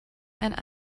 and